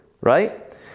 right